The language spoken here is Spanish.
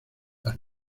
las